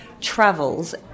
travels